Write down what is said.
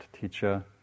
teacher